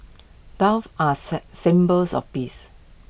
doves are say symbols of peace